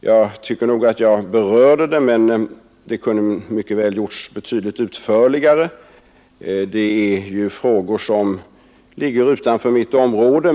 Jag tycker nog att jag berörde dem, men det kunde naturligtvis mycket väl ha gjorts betydligt utförligare — detta är ju frågor som ligger utanför mitt område.